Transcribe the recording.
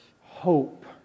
hope